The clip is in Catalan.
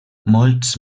molts